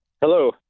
Hello